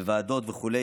ועדות וכו'.